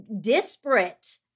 disparate